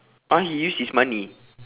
!huh! he use his money